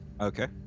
okay